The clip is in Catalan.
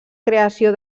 creació